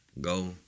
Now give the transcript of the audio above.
go